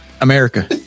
America